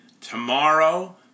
tomorrow